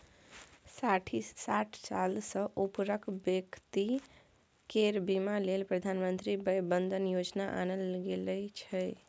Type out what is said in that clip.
साठि साल सँ उपरक बेकती केर बीमा लेल प्रधानमंत्री बय बंदन योजना आनल गेल छै